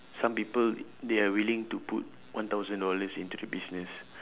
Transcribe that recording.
some people they are willing to put one thousand dollars into the business